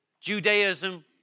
Judaism